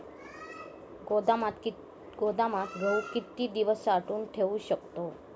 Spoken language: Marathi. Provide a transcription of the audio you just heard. गोदामात गहू किती दिवस साठवून ठेवू शकतो?